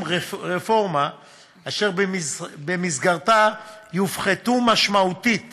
רפורמה אשר במסגרתה יופחתו משמעותית